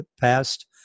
past